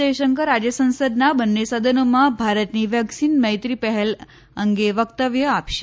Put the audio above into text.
જયશંકર આજે સંસદના બંને સદનોમાં ભારતની વેક્સિન મૈત્રી પહેલ અંગે વક્તવ્ય આપશે